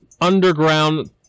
underground